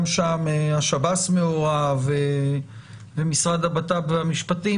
שם השב"ס מעורב ומשרד הבט"פ במשפטים,